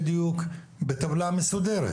בדיוק בטבלה מסודרת,